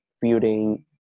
building